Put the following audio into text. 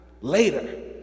later